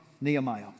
Nehemiah